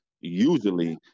usually